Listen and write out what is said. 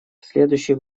следующий